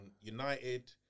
United